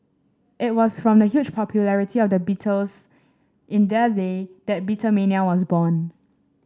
it was from the huge popularity of the Beatles in their day that Beatlemania was born